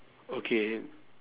okay